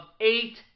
eight